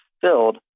filled